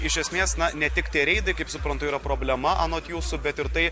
iš esmės na ne tik tie reidai kaip suprantu yra problema anot jūsų bet ir tai